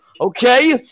Okay